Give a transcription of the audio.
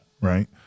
right